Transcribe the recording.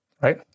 Right